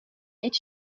est